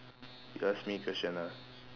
you ask me question ah